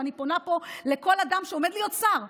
ואני פונה פה לכל אדם שעומד להיות שר,